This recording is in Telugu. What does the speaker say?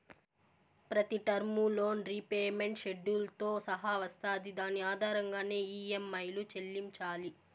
ప్రతి టర్ము లోన్ రీపేమెంట్ షెడ్యూల్తో సహా వస్తాది దాని ఆధారంగానే ఈ.యం.ఐలు చెల్లించాలి